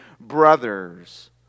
brothers